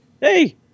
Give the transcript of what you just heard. hey –